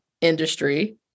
industry